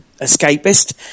Escapist